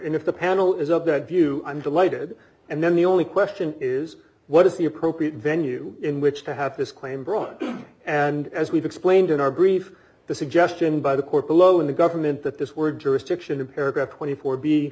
honor if the panel is of that view i'm delighted and then the only question is what is the appropriate venue in which to have this claim brought and as we've explained in our brief the suggestion by the court below in the government that this word jurisdiction in paragraph twenty four